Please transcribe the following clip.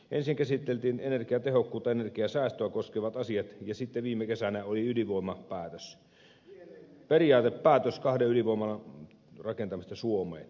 ensin käsiteltiin energiatehokkuutta energiasäästöä koskevat asiat ja sitten viime kesänä oli ydinvoimapäätös periaatepäätös kahden ydinvoimalan rakentamisesta suomeen